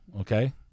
okay